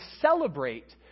celebrate